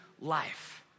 life